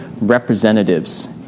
representatives